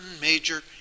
major